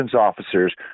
officers